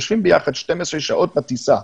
יושבים ביחד 12 שעות בטיסה,